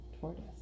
tortoise